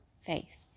faith